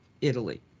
Italy